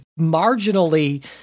marginally